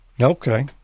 Okay